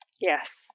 Yes